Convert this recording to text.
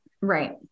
Right